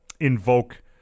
invoke